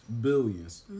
Billions